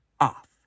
off